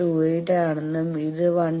28 ആണെന്നും ഇത് 1